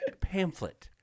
pamphlet